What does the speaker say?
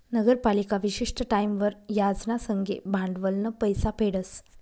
नगरपालिका विशिष्ट टाईमवर याज ना संगे भांडवलनं पैसा फेडस